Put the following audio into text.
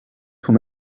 son